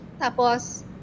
Tapos